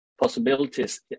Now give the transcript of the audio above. possibilities